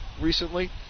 recently